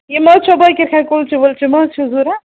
یہِ ما حظ چھو بٲکر خانہِ کُلچہِ وُلچہِ ما حظ چھِو ضرورَت